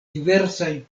diversaj